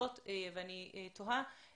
התפוצות ואני תוהה